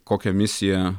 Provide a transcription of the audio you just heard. kokią misiją